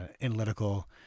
analytical